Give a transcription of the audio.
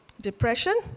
Depression